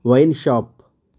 wine shop